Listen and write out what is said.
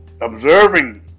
observing